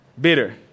Bitter